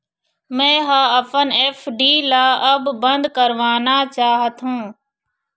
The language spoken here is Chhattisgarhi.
मै ह अपन एफ.डी ला अब बंद करवाना चाहथों